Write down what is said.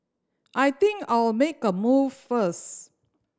I think I'll make a move first